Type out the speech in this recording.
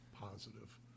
positive